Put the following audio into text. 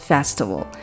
Festival